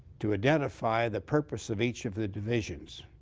to identify the purpose of each of the divisions.